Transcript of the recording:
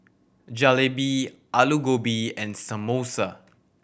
Jalebi Alu Gobi and Samosa